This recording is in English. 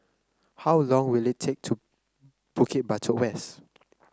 how long will it take to Bukit Batok West